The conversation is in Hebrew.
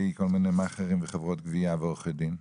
כל מיני מאעכרים וחברות גבייה ועורכי דין?